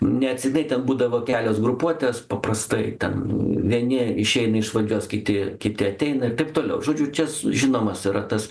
neatsitiktinai ten būdavo kelios grupuotės paprastai ten vieni išeina iš valdžios kiti kiti ateina ir taip toliau žodžiu čia žinomas yra tas